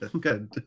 Good